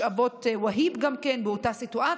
גם משאבות והיב באותה סיטואציה,